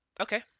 Okay